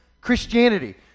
Christianity